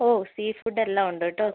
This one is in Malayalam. ഓ സീഫുഡ് എല്ലാമുണ്ട് കേട്ടോ